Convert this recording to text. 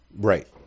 Right